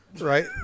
Right